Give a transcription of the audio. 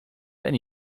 ten